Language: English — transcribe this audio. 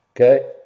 Okay